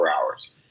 hours